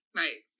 right